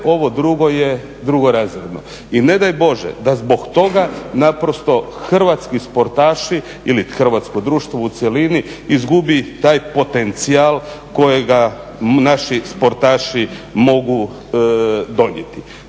ovo drugo je drugorazredno. I ne daj Bože da zbog toga naprosto hrvatski sportaši ili hrvatsko društvo u cjelini izgubi taj potencijal kojega naši sportaši mogu donijeti.